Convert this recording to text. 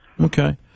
Okay